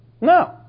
No